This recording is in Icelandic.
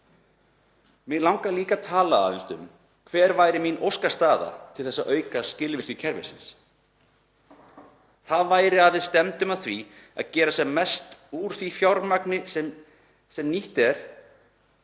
Mig langar líka að tala aðeins um hver væri mín óskastaða til að auka skilvirkni kerfisins. Það væri að við stefndum að því að gera sem mest úr því fjármagni sem nýtt er